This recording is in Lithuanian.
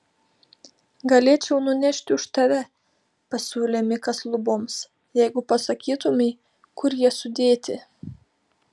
galėčiau nunešti už tave pasiūlė mikas luboms jeigu pasakytumei kur jie sudėti